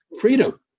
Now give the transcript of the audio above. freedom